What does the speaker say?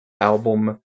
album